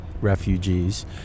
refugees